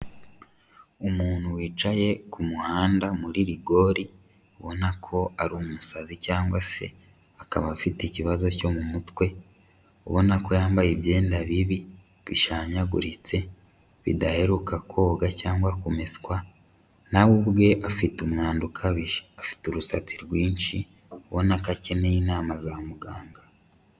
Umuntu wicaye ku muhanda muri rigori ubona ko ari umusazi cyangwa se akaba afite ikibazo cyo mu mutwe, ubona ko yambaye imyenda bibi bishanyaguritse bidaheruka koga cyangwa kumeswa, na we ubwe afite umwanda ukabije afite ursatsi rwinshi, ubona ko akeneye inama za muganga.